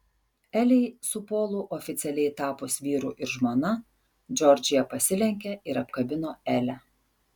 elei su polu oficialiai tapus vyru ir žmona džordžija pasilenkė ir apkabino elę